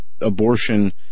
abortion